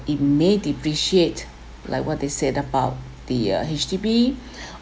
it may depreciate like what they said about the uh H_D_B